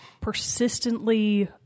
persistently